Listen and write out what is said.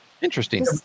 interesting